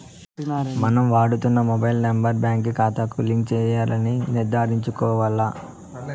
మనం వాడుతున్న mobile number బాంకీ కాతాకు లింక్ చేసినారని నిర్ధారించుకోవాల్ల